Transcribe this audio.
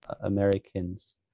Americans